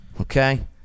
Okay